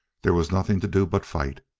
there was nothing to do but fight.